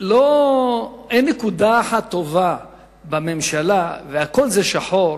ואין נקודה אחת טובה על הממשלה, והכול שחור.